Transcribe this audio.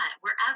Wherever